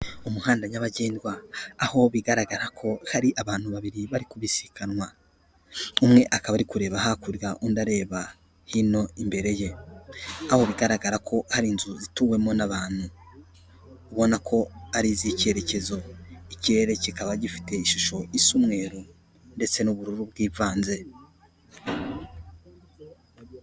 Umuhanda nyabagendwa, aho bigaragara ko hari abantu babiri bari kubisikanwa, umwe akaba ari kureba hakurya undi areba hino imbere ye, aho bigaragara ko hari inzu zituwemo n'abantu ubona ko ari iz'icyerekezo, ikirere kikaba gifite ishusho isa umweru ndetse n'ubururu bwivanze.